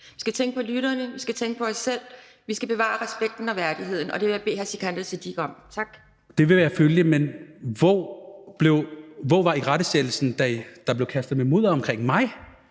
Vi skal tænke på lytterne, vi skal tænke på os selv, og vi skal bevare respekten og værdigheden, og det vil jeg bede hr. Sikandar Siddique om. Tak. Kl. 14:40 Sikandar Siddique (UFG): Det vil jeg følge, men hvor var irettesættelsen, da der blev kastet med mudder mod mig